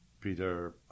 Peter